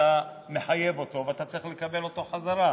אתה מחייב אותו ואתה צריך לקבל אותו בחזרה.